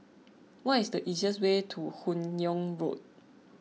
what is the easiest way to Hun Yeang Road